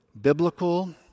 biblical